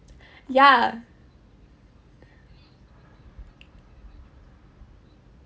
ya